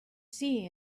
see